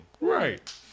right